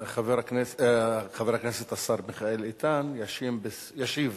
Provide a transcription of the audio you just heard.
חבר הכנסת השר מיכאל איתן ישיב